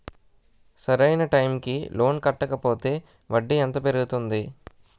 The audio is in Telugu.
సరి అయినా టైం కి లోన్ కట్టకపోతే వడ్డీ ఎంత పెరుగుతుంది?